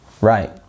Right